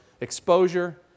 exposure